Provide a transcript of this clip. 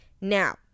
now